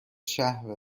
شهر